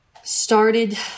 started